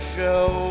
show